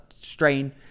strain